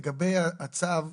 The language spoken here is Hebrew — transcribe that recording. לגבי הצו,